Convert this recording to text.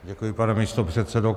Děkuji, pane místopředsedo.